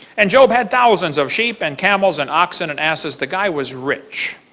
and job had thousands of sheep, and camels, and oxen, and asses. the guy was rich,